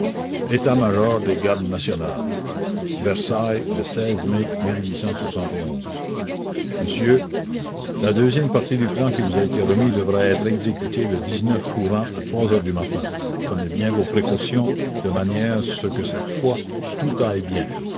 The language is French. état-major des gardes nationales versailles le mai onsieur a deuxième partie du plan qui vous a été remis devra être exécutée le courant à trois heures du matin prenez bien vos précautions de manière ce que cette fois tout aille bien